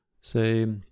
say